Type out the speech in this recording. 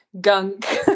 gunk